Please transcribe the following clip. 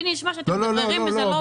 לי נשמע שאתם מדבררים איזה לובי.